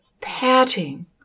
patting